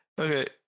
Okay